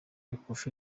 ikofi